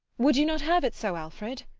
would you not have it so, alfred?